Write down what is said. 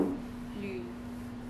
俊毅 ah